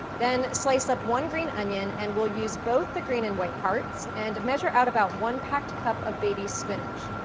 then, slice up one green onion, and we'll use both the green and white parts. and, measure out about one packed cup of baby spinach.